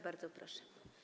Bardzo proszę.